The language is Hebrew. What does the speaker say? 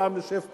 פעם נשב פה,